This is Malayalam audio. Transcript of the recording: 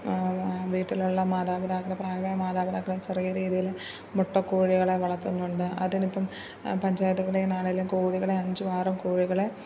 വീട്ടിലുള്ള മാതാപിതാക്കൾക്ക് പ്രായമായ മാതാപിതാക്കൾക്ക് ചെറിയ രീതിയിൽ മുട്ടക്കോഴികളെ വളർത്തുന്നുണ്ട് അതിനിപ്പം പഞ്ചായത്തുകളിൽ നിന്നാണെങ്കിലും കോഴികളെ അഞ്ചും ആറും കോഴികളെ